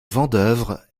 vendeuvre